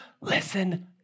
Listen